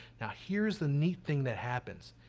yeah here's the neat thing that happens.